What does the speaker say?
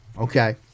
Okay